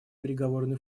переговорный